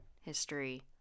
history